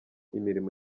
imirimo